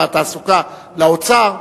המסחר והתעסוקה לבין משרד האוצר,